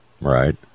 Right